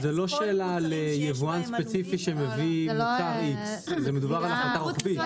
זה לא שאלה ליבואן ספציפי שמביא מוצר X. מדובר על החלטה רוחבית.